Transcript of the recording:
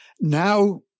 Now